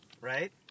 right